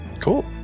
Cool